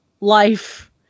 life